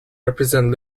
represent